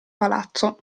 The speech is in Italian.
palazzo